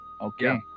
Okay